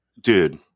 Dude